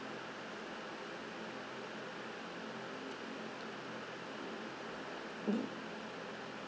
mm